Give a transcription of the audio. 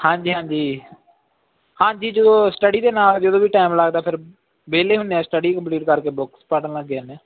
ਹਾਂਜੀ ਹਾਂਜੀ ਹਾਂਜੀ ਜਦੋਂ ਸਟਡੀ ਦੇ ਨਾਲ ਜਦੋਂ ਵੀ ਟਾਈਮ ਲੱਗਦਾ ਫਿਰ ਵਿਹਲੇ ਹੁੰਦੇ ਹਾਂ ਸਟਡੀ ਕੰਪਲੀਟ ਕਰਕੇ ਬੁੱਕਸ ਪੜ੍ਹਨ ਲੱਗ ਜਾਂਦੇ ਹਾਂ